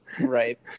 Right